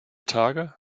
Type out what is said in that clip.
tage